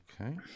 Okay